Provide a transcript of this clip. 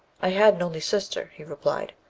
i had an only sister he replied,